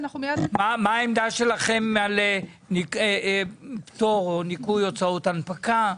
מה העמדה שלכם על פטור או ניכוי הוצאות הנפקה?